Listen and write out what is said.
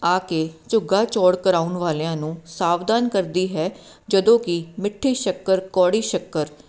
ਆ ਕੇ ਝੁੱਗਾ ਚੌੜ ਕਰਾਉਣ ਵਾਲਿਆਂ ਨੂੰ ਸਾਵਧਾਨ ਕਰਦੀ ਹੈ ਜਦੋਂ ਕਿ ਮਿੱਠੇ ਸ਼ੱਕਰ ਕੌੜੀ ਸ਼ੱਕਰ